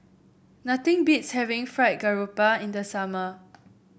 nothing beats having Fried Garoupa in the summer